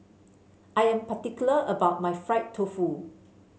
I am particular about my Fried Tofu